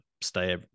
stay